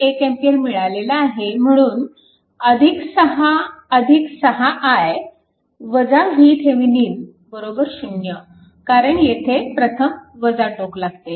आणि i 1A मिळालेला आहे म्हणून 6 6 i VThevenin 0 कारण येथे प्रथम टोक लागते